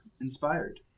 inspired